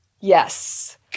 Yes